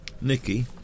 Nicky